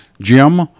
Jim